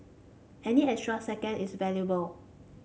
any extra second is valuable